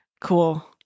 Cool